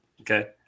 Okay